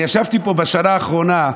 אני ישבתי פה בשנה האחרונה,